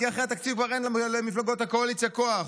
כי אחרי התקציב כבר אין למפלגות הקואליציה כוח.